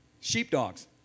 Sheepdogs